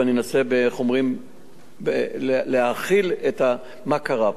ואני אנסה להכיל את מה שקרה פה.